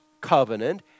covenant